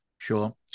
Sure